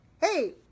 hey